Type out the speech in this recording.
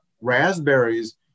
raspberries